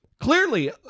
clearly